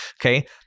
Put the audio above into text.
okay